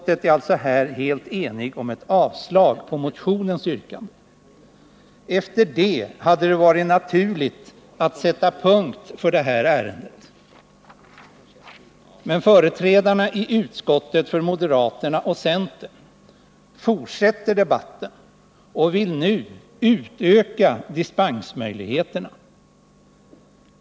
Utskottet är alltså helt enigt när det avstyrker motionsyrkandet. Efter det hade det varit naturligt att sätta punkt för det här ärendet. Men moderaternas och centerns representanter i utskottet fortsätter debatten och vill nu utöka dispensmöjligheterna.